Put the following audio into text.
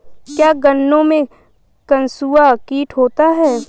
क्या गन्नों में कंसुआ कीट होता है?